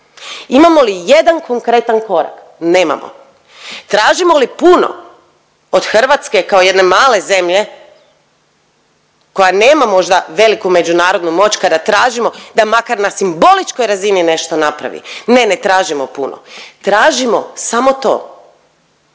Imamo li jedan konkretan korak? Nemamo. Tražimo li puno od Hrvatske kao jedne male zemlje koja nema možda veliku međunarodnu moć kada tražimo da makar na simboličkoj razini nešto napravi? Ne, ne tražimo puno. Tražimo samo to